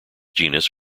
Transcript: genus